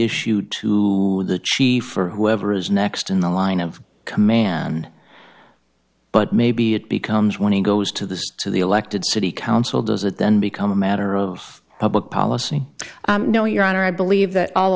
issue to the chief or whoever is next in the line of command but maybe it becomes when he goes to the to the elected city council does that then become a matter of public policy no your honor i believe that all